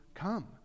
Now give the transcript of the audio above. come